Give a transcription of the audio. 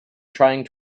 trying